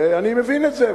ואני מבין את זה,